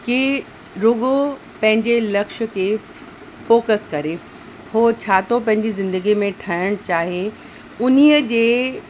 की रुॻो पंहिंजे लक्ष्य खे फोकस करे उहो छा थो पंहिंजी ज़िंदगीअ में ठाहिण चाहे उन जे